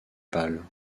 pâle